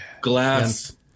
glass